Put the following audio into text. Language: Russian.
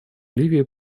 ливии